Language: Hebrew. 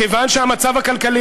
כיוון שהמצב הכלכלי,